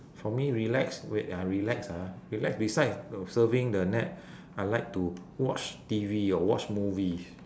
for me relax wait ah relax ah relax besides uh surfing the net I like to watch T_V or watch movies